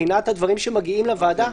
מבחינת הדברים שמגיעים לוועדה,